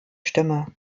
stimme